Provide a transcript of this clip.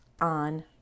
on